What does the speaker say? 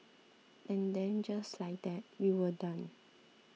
and then just like that we were done